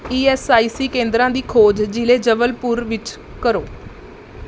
E S I C ਕੇਂਦਰਾਂ ਦੀ ਖੋਜ ਜ਼ਿਲ੍ਹੇ ਜਬਲਪੁਰ ਵਿੱਚ ਕਰੋ